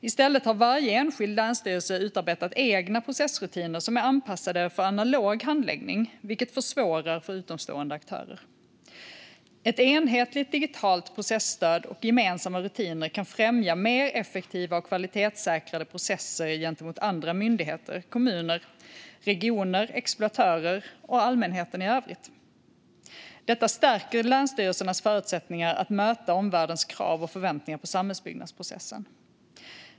I stället har varje enskild länsstyrelse utarbetat egna processrutiner som är anpassade för analog handläggning, vilket försvårar för utomstående aktörer. Ett enhetligt digitalt processtöd och gemensamma rutiner kan främja mer effektiva och kvalitetssäkrade processer gentemot andra myndigheter, kommuner, regioner, exploatörer och allmänheten i övrigt. Detta stärker länsstyrelsernas förutsättningar att möta omvärldens krav och förväntningar på samhällsbyggnadsprocessen.